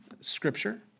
Scripture